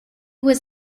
was